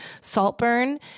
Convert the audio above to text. Saltburn